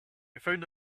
found